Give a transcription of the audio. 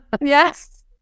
Yes